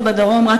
בשל מחסור באחיות,